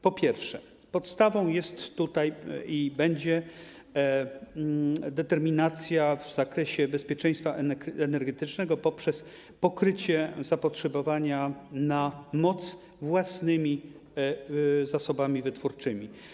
Po pierwsze, podstawą jest tutaj, i będzie, determinacja w zakresie bezpieczeństwa energetycznego poprzez pokrycie zapotrzebowania na moc własnymi zasobami wytwórczymi.